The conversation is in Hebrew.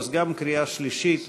אז גם קריאה שלישית